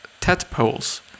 tadpoles